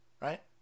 Right